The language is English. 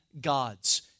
gods